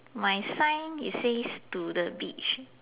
my sign it says to the beach